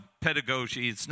pedagogy